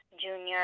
Junior